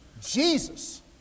Jesus